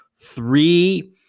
Three